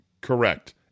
Correct